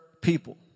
people